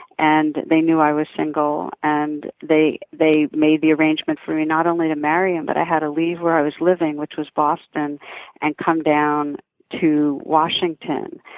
and they knew i was single and they they made the arrangement for me not only to marry him but i had to leave where i was living which was boston and come down to washington.